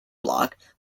block